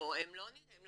לא, הם לא יכולים.